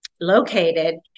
located